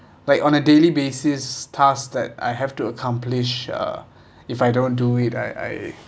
like on a daily basis tasks that I have to accomplish uh if I don't do it I I